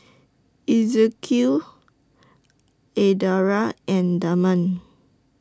Ezekiel Adria and Damian